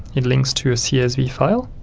it links to a csv file